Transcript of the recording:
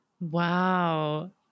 Wow